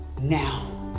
now